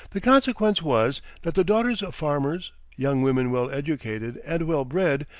the consequence was that the daughters of farmers, young women well educated and well-bred,